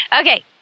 Okay